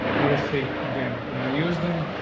you'll see again. you want to use them.